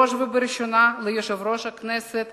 בראש ובראשונה ליושב-ראש הכנסת